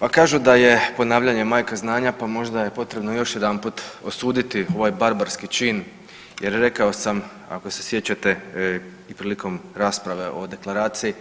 Pa kažu da je ponavljanje majka znanja pa možda je potrebno još jedanput osuditi ovaj barbarski čin jer rekao sam ako se sjećate prilikom rasprave o deklaraciji